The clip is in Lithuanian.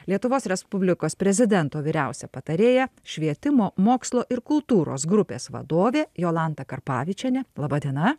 lietuvos respublikos prezidento vyriausia patarėja švietimo mokslo ir kultūros grupės vadovė jolanta karpavičienė laba diena